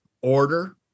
order